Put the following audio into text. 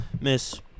Miss